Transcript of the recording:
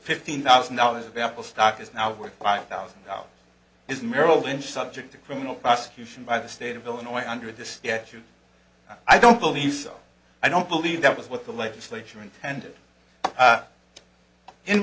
fifteen thousand dollars of apple stock is now worth five thousand dollars is merrill lynch subject to criminal prosecution by the state of illinois under this statute i don't believe so i don't believe that was what the legislature intended